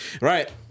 Right